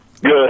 Good